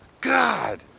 God